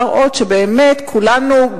להראות שבאמת כולנו,